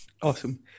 Awesome